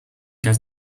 cas